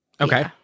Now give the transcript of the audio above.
okay